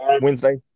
wednesday